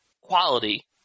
quality